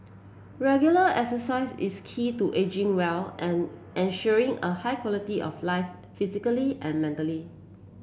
regular exercise is key to ageing well and ensuring a high quality of life physically and mentally